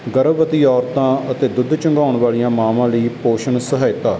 ਗਰਭਵਤੀ ਔਰਤਾਂ ਅਤੇ ਦੁੱਧ ਚੁੰਘਾਉਣ ਵਾਲੀਆਂ ਮਾਂਵਾਂ ਲਈ ਪੋਸ਼ਣ ਸਹਾਇਤਾ